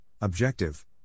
Objective